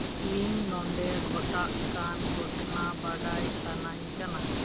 ᱤᱧ ᱱᱚᱰᱮ ᱜᱷᱚᱴᱟᱜ ᱠᱟᱱ ᱜᱷᱚᱴᱱᱟ ᱵᱟᱰᱟᱭ ᱥᱟᱱᱟᱧ ᱠᱟᱱᱟ